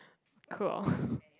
cool